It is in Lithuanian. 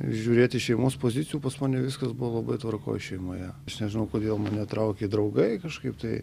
žiūrėt iš šeimos pozicijų pas mane viskas buvo labai tvarkoj šeimoje nežinau kodėl mane traukė draugai kažkaip tai